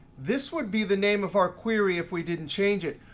this would be the name of our query if we didn't change it,